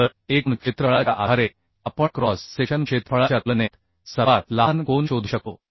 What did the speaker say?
तर एकूण क्षेत्रफळाच्या आधारे आपण क्रॉस सेक्शन क्षेत्रफळाच्या तुलनेत सर्वात लहान कोन शोधू शकतो